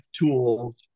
tools